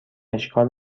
اشکال